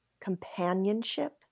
companionship